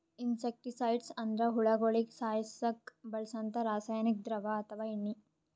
insecticides ಅಂದ್ರ ಹುಳಗೋಳಿಗ ಸಾಯಸಕ್ಕ್ ಬಳ್ಸಂಥಾ ರಾಸಾನಿಕ್ ದ್ರವ ಅಥವಾ ಎಣ್ಣಿ